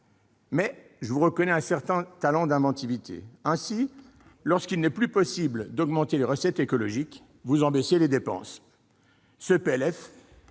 je vous reconnais un certain don d'inventivité : lorsqu'il n'est plus possible d'augmenter les recettes écologiques, vous baissez les dépenses